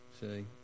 see